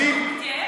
מה, שלמה התייאש?